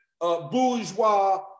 bourgeois